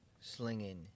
slinging